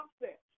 upset